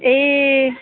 ए